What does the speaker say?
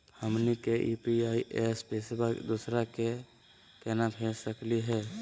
हमनी के यू.पी.आई स पैसवा दोसरा क केना भेज सकली हे?